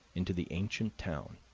into the ancient town,